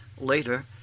Later